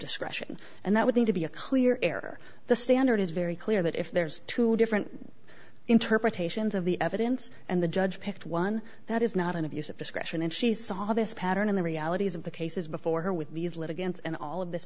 discretion and that would seem to be a clear air the standard is very clear that if there's two different interpretations of the evidence and the judge picked one that is not an abuse of discretion and she saw this pattern in the realities of the cases before her with these litigants and all of this